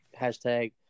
hashtag